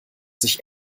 sich